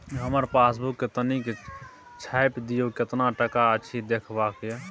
हमर पासबुक के तनिक छाय्प दियो, केतना टका अछि देखबाक ये?